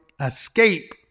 escape